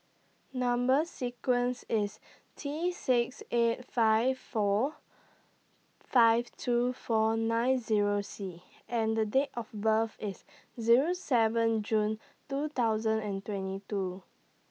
Number sequence IS T six eight five four five two four nine Zero C and Date of birth IS Zero seven June two thousand and twenty two